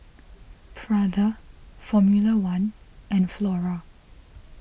Prada Formula one and Flora